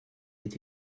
est